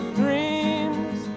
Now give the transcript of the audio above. dreams